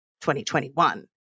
2021